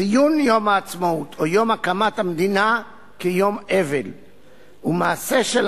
ציון יום העצמאות או יום הקמת המדינה כיום אבל ומעשה של